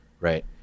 Right